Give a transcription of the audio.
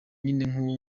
nyine